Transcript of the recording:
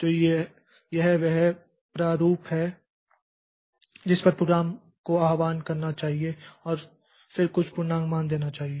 तो यह वह प्रारूप है जिस पर इस प्रोग्राम को आह्वान करना चाहिए और फिर कुछ पूर्णांक मान देना चाहिए